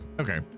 Okay